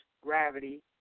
Gravity